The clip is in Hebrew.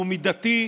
הוא מידתי,